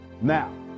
Now